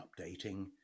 updating